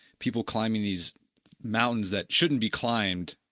people climbing these mountains that shouldn't be climbed,